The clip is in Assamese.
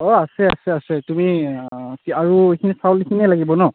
অঁ আছে আছে আছে তুমি কি আৰু সেইখিনি চাউলখিনিয়েই লাগিব ন